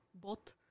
bot